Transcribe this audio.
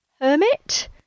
hermit